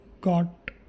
got